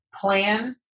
plan